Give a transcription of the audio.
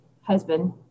husband